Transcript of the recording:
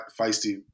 feisty